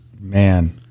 Man